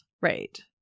Right